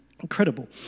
Incredible